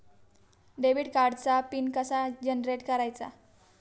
Debit कार्डचा pin कसा generate करायचा?